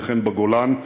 וכן בגולן.